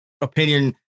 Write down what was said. opinion